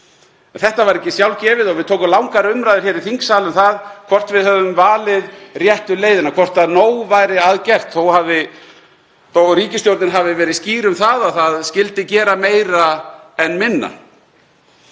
Þetta var ekki sjálfgefið og við tókum langar umræður hér í þingsal um það hvort við hefðum valið réttu leiðina, hvort nóg væri að gert, þó að ríkisstjórnin hafi verið skýr um að það skyldi gera meira en minna.